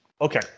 Okay